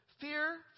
Fear